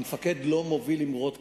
המפקד לא מוביל אמרות כאלה,